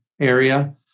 area